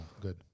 Good